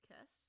Kiss